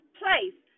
place